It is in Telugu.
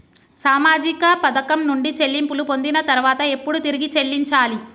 సామాజిక పథకం నుండి చెల్లింపులు పొందిన తర్వాత ఎప్పుడు తిరిగి చెల్లించాలి?